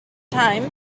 time